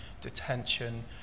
detention